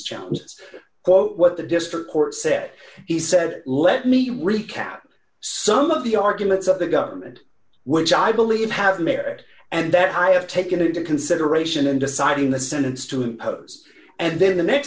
challenges quote what the district court said he said let me recap some of the arguments of the government which i believe have merit and that i have taken into consideration in deciding the sentence to impose and then the next